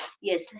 Yes